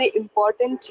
important